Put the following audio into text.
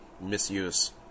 misuse